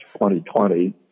2020